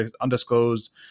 undisclosed